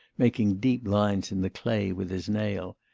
making deep lines in the clay with his nail.